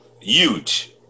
Huge